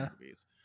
movies